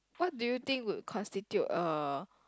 what do you think would constitute a